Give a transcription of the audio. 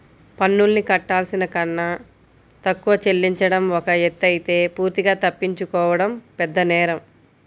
పన్నుల్ని కట్టాల్సిన కన్నా తక్కువ చెల్లించడం ఒక ఎత్తయితే పూర్తిగా తప్పించుకోవడం పెద్దనేరం